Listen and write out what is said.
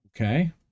Okay